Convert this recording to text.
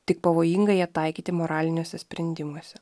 tik pavojinga ją taikyti moraliniuose sprendimuose